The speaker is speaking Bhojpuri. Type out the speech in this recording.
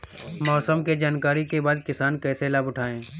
मौसम के जानकरी के बाद किसान कैसे लाभ उठाएं?